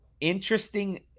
interesting